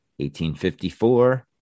1854